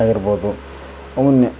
ಆಗಿರ್ಬೋದು ಅವುನ್ನ